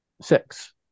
six